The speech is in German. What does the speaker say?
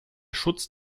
schutz